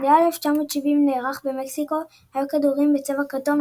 במונדיאל 1970 שנערך במקסיקו היו הכדורים בצבע כתום,